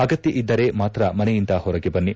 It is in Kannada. ಅಗತ್ಯ ಇದ್ದರೆ ಮಾತ್ರ ಮನೆಯಿಂದ ಹೊರಗೆ ಬನ್ನಿ